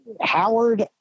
Howard